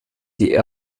die